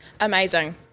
Amazing